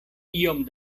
iom